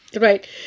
Right